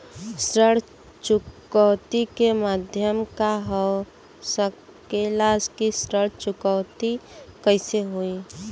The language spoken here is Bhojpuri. ऋण चुकौती के माध्यम का हो सकेला कि ऋण चुकौती कईसे होई?